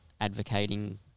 advocating